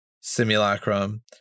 simulacrum